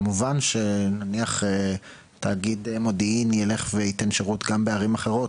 כמובן שנניח תאגיד מודיעין ילך וייתן שירות גם בערים אחרות,